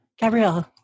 Gabrielle